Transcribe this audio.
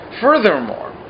Furthermore